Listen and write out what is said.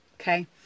okay